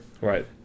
Right